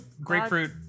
Grapefruit